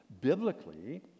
Biblically